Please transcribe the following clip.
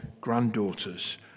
granddaughters